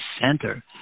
center